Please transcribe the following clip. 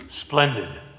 splendid